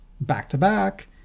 back-to-back